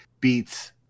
beats